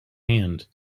hand